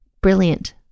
Brilliant